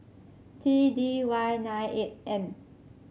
T D Y nine eight M